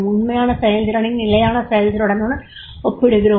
உண்மையான செயல்திறனை நிலையான செயல்திறனுடன் ஒப்பிடுகிறோம்